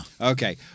Okay